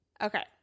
Okay